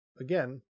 again